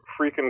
freaking